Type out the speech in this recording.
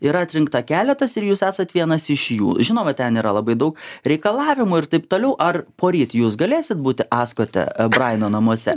ir atrinkta keletas ir jūs esat vienas iš jų žinoma ten yra labai daug reikalavimų ir taip toliau ar poryt jūs galėsit būti askote abraino namuose